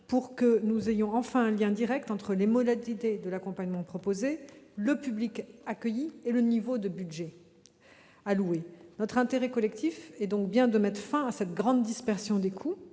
pour établir enfin un lien direct entre les modalités de l'accompagnement proposé, le public accueilli et le niveau de budget alloué. Notre intérêt collectif est bien de mettre fin à cette grande dispersion des coûts